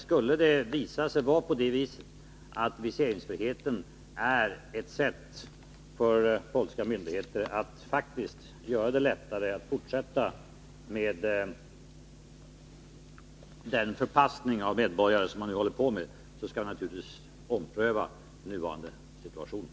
Skulle det visa sig att Polen utnyttjar viseringsfriheten för att förpassa medborgare skall vi naturligtvis ompröva viseringsfrågan.